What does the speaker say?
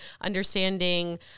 understanding